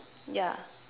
yeah